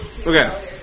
Okay